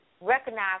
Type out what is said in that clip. Recognize